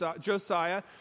Josiah